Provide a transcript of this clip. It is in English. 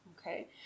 Okay